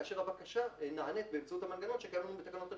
כאשר הבקשה נענית באמצעות המנגנון שקיים היום בתקנות הרישיונות.